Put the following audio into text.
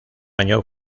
año